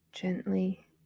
gently